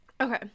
Okay